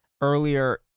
earlier